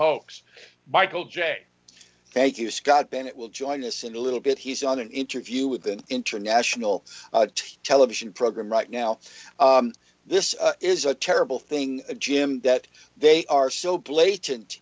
hoax michael j thank you scott bennett will join us in a little bit he's on an interview with an international television program right now this is a terrible thing jim that they are so blatant